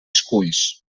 esculls